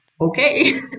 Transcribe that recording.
Okay